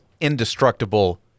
indestructible